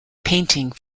painting